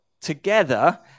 together